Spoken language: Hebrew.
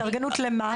התארגנות, למה?